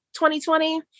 2020